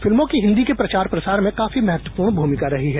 फिल्मों की हिन्दी के प्रचार प्रसार में काफी महत्वपूर्ण भूमिका रही है